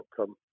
outcome